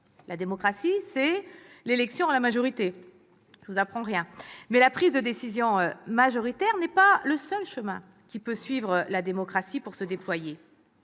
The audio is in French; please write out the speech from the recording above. La démocratie, c'est l'élection à la majorité. Mais la prise de décision majoritaire n'est pas le seul chemin que peut suivre la démocratie pour se déployer.